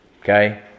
Okay